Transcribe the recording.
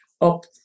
up